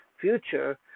future